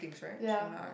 ya